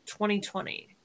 2020